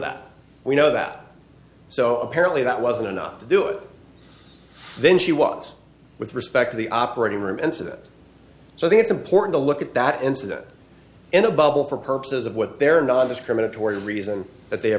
that we know that so apparently that wasn't enough to do it then she was with respect to the operating room incident so they it's important to look at that incident in a bubble for purposes of what they're nondiscriminatory reason that they